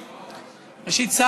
ראשית,